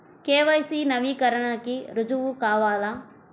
KYC నవీకరణకి రుజువు కావాలా?